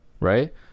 right